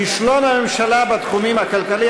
כישלון הממשלה בתחום הכלכלי,